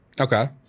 Okay